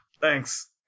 Thanks